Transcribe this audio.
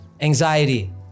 anxiety